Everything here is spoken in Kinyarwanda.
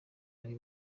uri